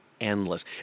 endless